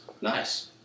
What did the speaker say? Nice